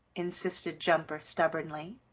insisted jumper stubbornly.